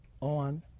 on